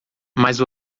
mas